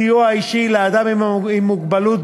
הסיוע האישי לאדם עם המוגבלות,